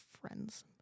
friend's